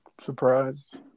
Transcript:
surprised